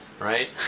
Right